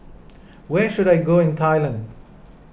where should I go in Thailand